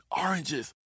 oranges